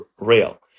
real